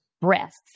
breasts